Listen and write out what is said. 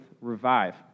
Revive